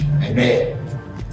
Amen